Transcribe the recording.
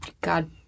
God